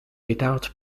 without